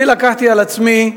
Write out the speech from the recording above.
לקחתי על עצמי,